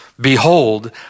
Behold